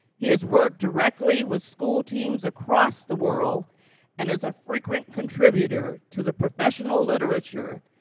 he has worked directly with school teams across the world and is a frequent contributor to the professional literature,